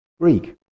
Greek